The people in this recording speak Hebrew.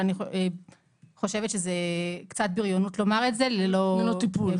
אבל אני חושבת שזה קצת בריונות לומר את זה ללא בדיקה.